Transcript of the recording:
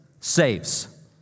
saves